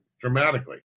dramatically